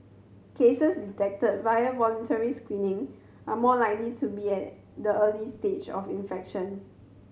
cases detected via voluntary screening are more likely to be at the early stage of infection